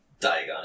Diagon